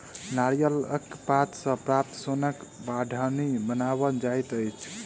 नारियलक पात सॅ प्राप्त सोनक बाढ़नि बनाओल जाइत अछि